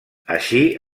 així